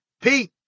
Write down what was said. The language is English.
Pete